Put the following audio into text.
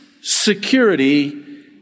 security